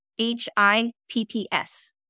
H-I-P-P-S